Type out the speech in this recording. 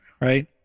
right